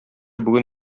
бүген